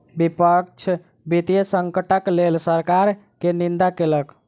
विपक्ष वित्तीय संकटक लेल सरकार के निंदा केलक